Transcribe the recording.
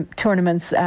tournaments